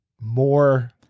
more